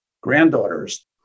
granddaughters